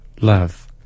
love